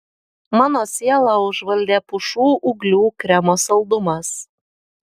mano sielą užvaldė pušų ūglių kremo saldumas